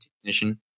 technician